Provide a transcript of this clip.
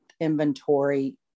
inventory